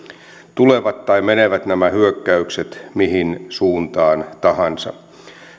tulevat tai menevät nämä hyökkäykset mihin suuntaan tahansa